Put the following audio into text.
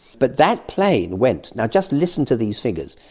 but that plane went. now, just listen to these figures.